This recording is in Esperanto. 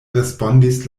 respondis